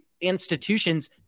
institutions